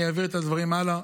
אני אעביר את הדברים הלאה.